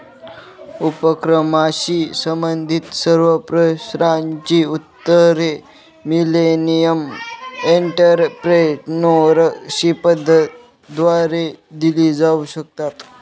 उपक्रमाशी संबंधित सर्व प्रश्नांची उत्तरे मिलेनियम एंटरप्रेन्योरशिपद्वारे दिली जाऊ शकतात